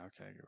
okay